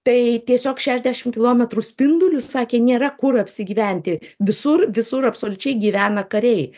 tai tiesiog šešiasdešim kilometrų spinduliu sakė nėra kur apsigyventi visur visur absoliučiai gyvena kariai